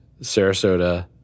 Sarasota